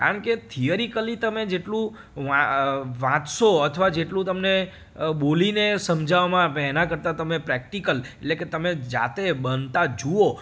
કારણકે થિયરીકલી તમે જેટલું વાંચશો અથવા જેટલું તમને બોલીને સમજાવવામાં આવે પણ એના કરતાં તમે પ્રેક્ટિકલ એટલે કે તમે જાતે બનતા જુઓ